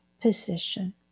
position